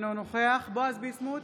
אינו נוכח בועז ביסמוט,